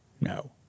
No